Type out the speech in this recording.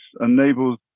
enables